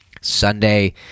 Sunday